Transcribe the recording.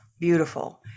beautiful